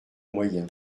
moyen